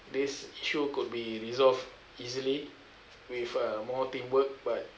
this issue could be resolved easily with uh more teamwork but